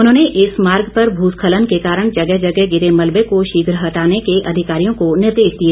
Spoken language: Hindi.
उन्होंने इस मार्ग पर भूस्खलन के कारण जगह जगह गिरे मलबे को शीघ हटाने के अधिकारियों को निर्देश दिए